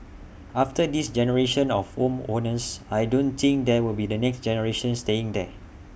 after this generation of home owners I don't think there will be the next generation staying there